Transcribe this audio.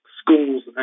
schools